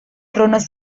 tronos